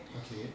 okay